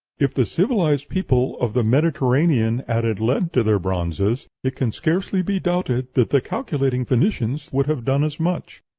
if the civilized people of the mediterranean added lead to their bronzes, it can scarcely be doubted that the calculating phoenicians would have done as much,